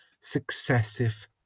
successive